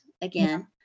again